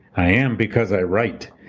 i am because i write.